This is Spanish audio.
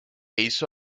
hizo